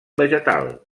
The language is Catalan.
vegetal